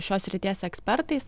šios srities ekspertais